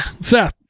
Seth